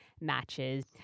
matches